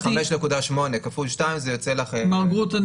5.8 כפול 2 זה יוצא --- מר גורט,